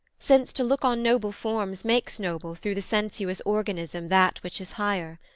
since to look on noble forms makes noble through the sensuous organism that which is higher.